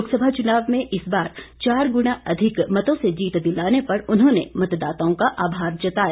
लोकसभा चुनाव में इस बार चार गुणा अधिक मतों से जीत दिलाने पर उन्होंने मतदाताओं का आभार जताया